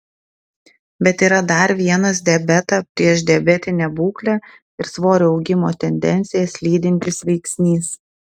bet yra dar vienas diabetą priešdiabetinę būklę ir svorio augimo tendencijas lydintis veiksnys